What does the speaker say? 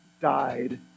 died